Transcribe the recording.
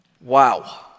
Wow